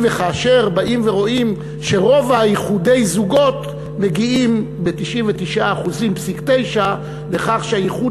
אם וכאשר באים ורואים שרוב איחודי הזוגות מגיעים ב-99.9% לכך שהאיחוד